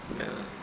ya